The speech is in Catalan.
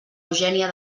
eugènia